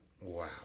Wow